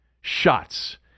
shots